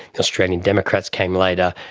the australian democrats came later,